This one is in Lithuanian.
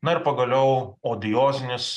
na ir pagaliau odiozinis